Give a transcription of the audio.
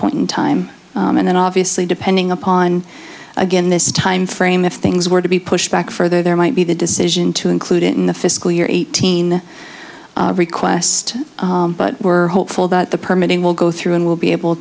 point in time and then obviously depending upon again this timeframe if things were to be pushed back further there might be the decision to include it in the fiscal year eighteen request but we're hopeful that the permitting will go through and we'll be able